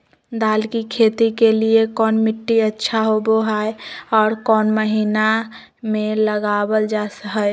दाल की खेती के लिए कौन मिट्टी अच्छा होबो हाय और कौन महीना में लगाबल जा हाय?